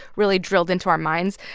really drilled into our minds.